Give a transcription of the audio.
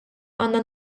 għandna